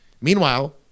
meanwhile